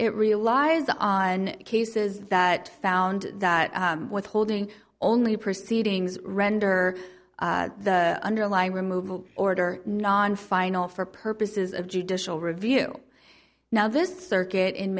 it relies on cases that found that withholding only proceedings render the underlying removal order non final for purposes of judicial review now this circuit in